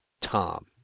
Tom